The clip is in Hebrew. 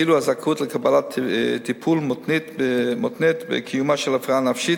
כאילו הזכאות לקבלת טיפול מותנית בקיומה של הפרעה נפשית,